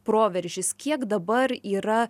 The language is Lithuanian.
proveržis kiek dabar yra